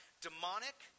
demonic